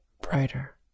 brighter